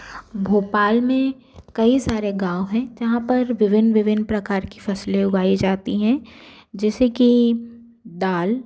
भोपाल में कई सारे गाँव हैं जहाँ पर विभिन्न विभिन्न प्रकार की फसल उगाई जाती हैं जैसे कि दाल